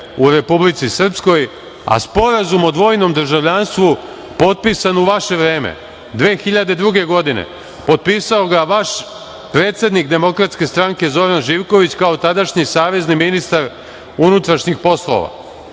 u Republici Srpskoj, a Sporazum o dvojnom državljanstvu potpisan u vaše vreme 2002. godine, potpisao ga vaš predsednik DS Zoran Živković kao tadašnji savezni ministar unutrašnjih poslova